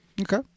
Okay